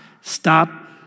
stop